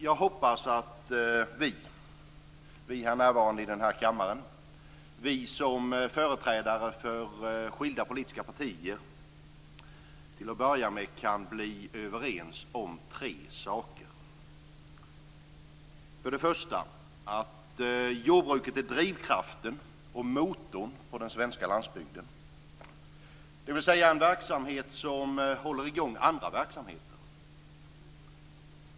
Jag hoppas att vi som är närvarande i den här kammaren som företrädare för skilda politiska partier till att börja med kan bli överens om tre saker. För det första hoppas jag att vi kan bli överens om att jordbruket är drivkraften och motorn på den svenska landsbygden, dvs. en verksamhet som håller i gång andra verksamheter.